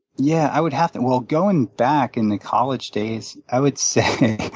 yeah, i would have to well, going back in the college days, i would say